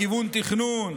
לכיוון תכנון,